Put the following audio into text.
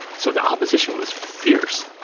so the opposition was fierce.